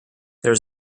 there